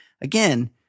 again